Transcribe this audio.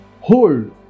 hold